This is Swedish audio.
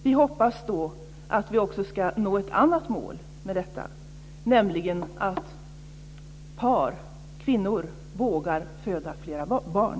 Vi hoppas att vi också ska nå ett annat mål med detta, nämligen att par, kvinnor, vågar föda flera barn.